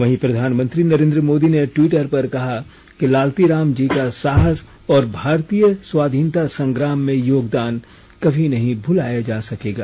वहीं प्रधानमंत्री नरेंद्र मोदी ने ट्वीटर पर कहा कि लालती राम जी का साहस और भारतीय स्वाधीनता संग्राम में योगदान कभी नहीं भुलाया जा सकेगा